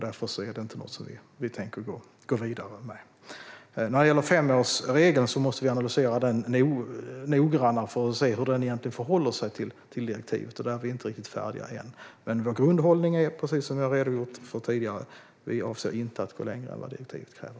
Därför är det inte något som vi tänker gå vidare med. Femårsregeln måste vi analysera noggrannare för att se hur den egentligen förhåller sig till direktivet. Där är vi inte riktigt färdiga än. Men vår grundhållning är, precis som jag har redogjort för tidigare, att vi inte avser att gå längre än vad direktivet kräver.